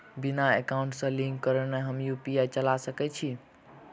बिना एकाउंट सँ लिंक करौने हम यु.पी.आई चला सकैत छी?